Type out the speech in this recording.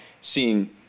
seeing